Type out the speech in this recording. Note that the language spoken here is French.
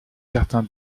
certain